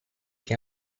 che